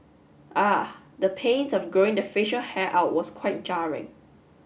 ah the pains of growing the facial hair out was quite jarring